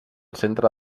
centre